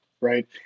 right